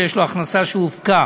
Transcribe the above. שיש לו הכנסה שהופקה